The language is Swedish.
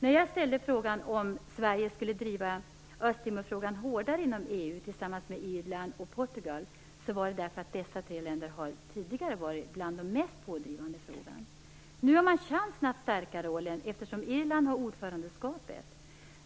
När jag ställde frågan om Sverige skulle driva Östtimorfrågan hårdare inom EU tillsammans med Irland och Portugal, var det därför att dessa tre länder tidigare har varit bland de mest pådrivande i frågan. Nu har man chansen att stärka rollen, eftersom Irland har ordförandeskapet.